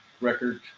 record